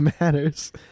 matters